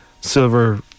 silver